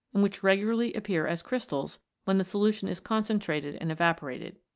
and which regularly appear as crystals when the solution is concentrated and evaporated.